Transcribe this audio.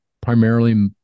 primarily